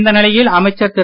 இந்நிலையில் அமைச்சர் திரு